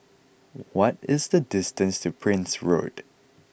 what is the distance to Prince Road